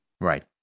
Right